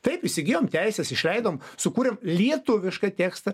taip įsigijom teises išleidom sukūrėm lietuvišką tekstą